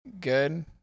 good